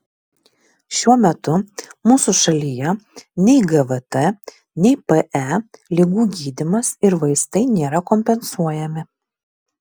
šiuo metu mūsų šalyje nei gvt nei pe ligų gydymas ir vaistai nėra kompensuojami